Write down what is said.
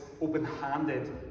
open-handed